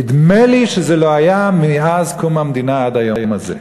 נדמה לי שזה לא היה מאז קום המדינה עד היום הזה.